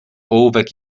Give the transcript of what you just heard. ołówek